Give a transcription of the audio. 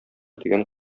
дигән